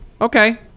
okay